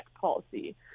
policy